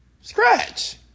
scratch